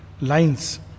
lines